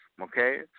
okay